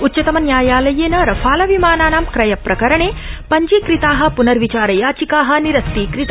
उच्चतमन्यायालयेन रफाल विमानानां क्रय प्रकरणे पञ्जीकृता प्नर्विचार याचिका निरस्तीकृता